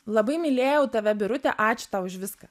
labai mylėjau tave birute ačiū tau už viską